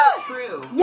True